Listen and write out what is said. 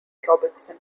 robertson